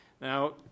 Now